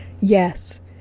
Yes